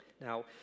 Now